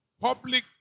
public